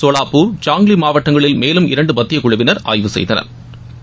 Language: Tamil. சோலாபூர் சாங்கிலி மாவட்டங்களில் மேலும் இரண்டு மத்திய குழுவினா் ஆய்வு செய்தனா்